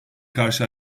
karşı